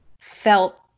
felt